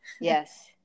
yes